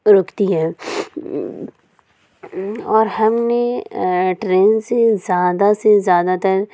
رکتی ہیں اور ہم نے ٹرین سے زیادہ سے زیادہ تر